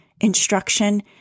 instruction